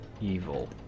evil